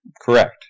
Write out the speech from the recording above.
correct